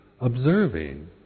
observing